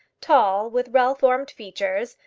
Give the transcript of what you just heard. tall with well-formed features,